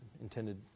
intended